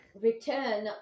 return